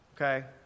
Okay